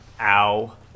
Ow